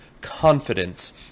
confidence